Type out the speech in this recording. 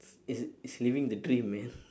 it's it's living the dream man